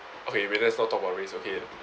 okay wait let's not talk about race okay